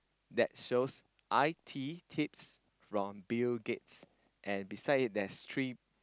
that shows I_T tips from Bill-Gates and beside it there's three